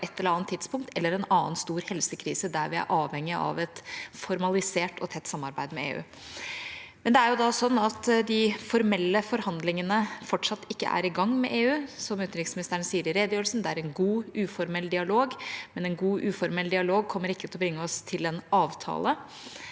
eller en annen stor helsekrise der vi er avhengige av et formalisert og tett samarbeid med EU. Men de formelle forhandlingene med EU er fortsatt ikke i gang. Som utenriksministeren sier i redegjørelsen, er det en god, uformell dialog, men en god, uformell dialog kommer ikke til å bringe oss til en avtale.